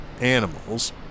animals